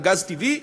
על גז טבעי,